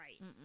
right